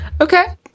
Okay